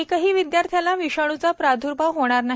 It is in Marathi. एकाही विद्यार्थ्याला विषाणूचा प्राद्र्भाव होणार नाही